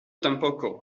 tampoco